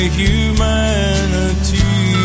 humanity